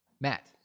Matt